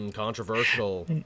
Controversial